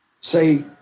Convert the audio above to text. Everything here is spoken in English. say